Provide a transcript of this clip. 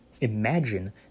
Imagine